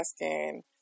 asking